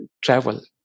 travel